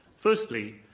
firstly,